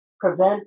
prevent